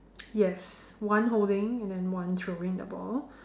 yes one holding and then one throwing the ball